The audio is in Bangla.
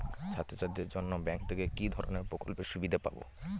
ছাত্রছাত্রীদের জন্য ব্যাঙ্ক থেকে কি ধরণের প্রকল্পের সুবিধে পাবো?